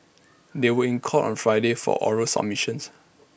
they were in court on Friday for oral submissions